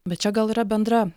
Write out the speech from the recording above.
bet čia gal yra bendra